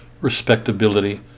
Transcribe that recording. respectability